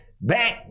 back